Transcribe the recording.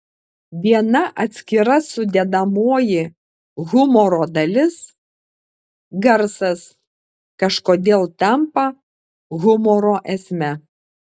viena atskira sudedamoji humoro dalis garsas kažkodėl tampa humoro esme